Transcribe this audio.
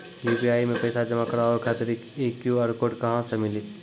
UPI मे पैसा जमा कारवावे खातिर ई क्यू.आर कोड कहां से मिली?